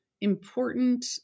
important